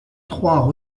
trois